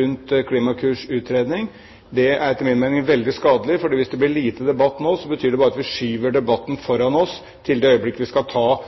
rundt Klimakurs utredning. Det er etter min mening veldig skadelig, for hvis det blir lite debatt nå, betyr det bare at vi skyver debatten foran oss til det øyeblikk vi skal ta